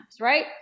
Right